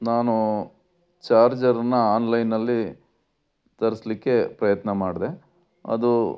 ನಾನು ಚಾರ್ಜರ್ನ ಆನ್ಲೈನಲ್ಲಿ ತರಿಸ್ಲಿಕ್ಕೆ ಪ್ರಯತ್ನ ಮಾಡಿದೆ ಅದು